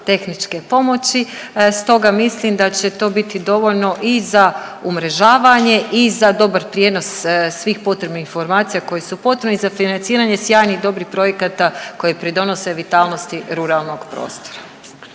tehničke pomoći. Stoga mislim da će to biti dovoljno i za umrežavanje i za dobar prijenos svih potrebnih informacija koje su potrebe i za financiranje sjajnih dobrih projekata koji pridonose vitalnosti ruralnog prostora.